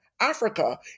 Africa